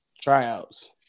tryouts